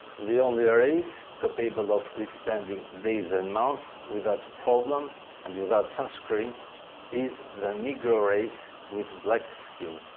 the only race capable of withstanding days and months, without problem and without sunscreen is the negro race with black skin.